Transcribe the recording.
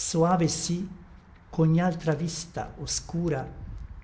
soave sí ch'ogni altra vista oscura